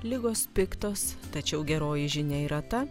ligos piktos tačiau geroji žinia yra ta